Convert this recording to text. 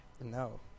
No